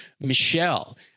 Michelle